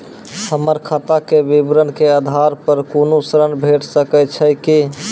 हमर खाता के विवरण के आधार प कुनू ऋण भेट सकै छै की?